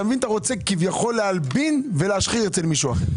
אתה רוצה כביכול להלבין ולהשחיר אצל מישהו אחר.